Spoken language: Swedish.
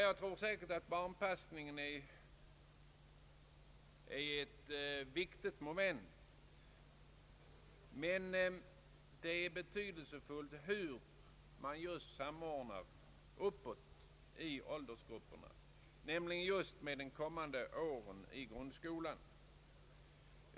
Jag tror säkert att barnpassningen är ett viktigt moment, men det är betydelsefullt hur man så att säga samordnar uppåt i åldersgrupperna med tanke på barnens kommande år i grundskolan.